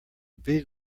big